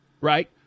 right